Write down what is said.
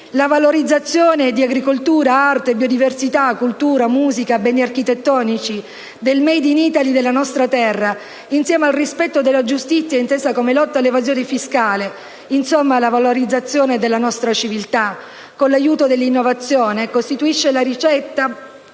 La valorizzazione di agricoltura, arte, biodiversità, cultura, musica, beni architettonici, del *made in Italy* della nostra terra, insieme al rispetto della giustizia intesa come lotta all'evasione fiscale, insomma la valorizzazione della nostra civiltà, con l'aiuto dell'innovazione, costituiscono la ricetta